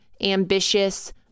ambitious